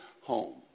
home